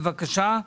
בבקשה.